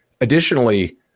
Additionally